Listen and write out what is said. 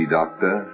Doctor